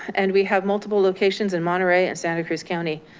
and we have multiple locations in monterey and santa cruz county,